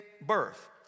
birth